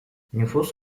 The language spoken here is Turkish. nüfus